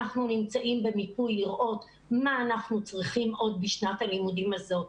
אנחנו נמצאים במיפוי לראות מה אנחנו צריכים עוד בשנת הלימודים הזאת,